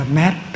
mad